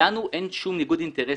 לנו אין שום ניגוד אינטרסים.